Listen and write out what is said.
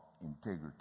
integrity